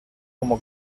como